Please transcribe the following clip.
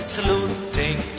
Saluting